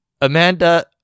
Amanda